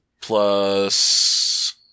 plus